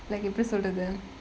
like எப்படி சொல்றது:eppadi solrathu